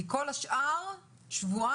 לכל שאר המדינות יש חובת בידוד של שבועיים,